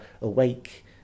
awake